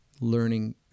learning